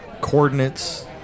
coordinates